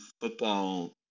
football